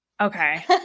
Okay